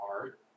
art